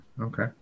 Okay